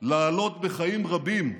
לעלות בחיים רבים,